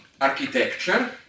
architecture